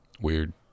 Weird